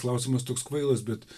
klausimas toks kvailas bet